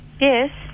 Yes